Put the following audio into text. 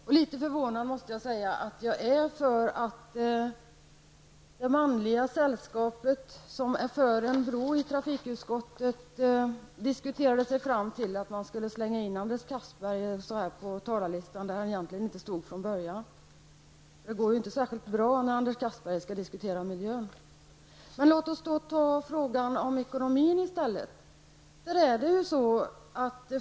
Jag måste säga att jag är litet förvånad över att det manliga sällskapet i trafikutskottet, som är för en bro, diskuterade sig fram till att man skulle sätta in Anders Castberger på en plats på talarlistan som han inte hade från början. Det går ju inte särskilt bra när Anders Castberger skall diskutera miljö. Vi kan i stället ta frågan om ekonomin.